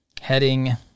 heading